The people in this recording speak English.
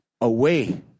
away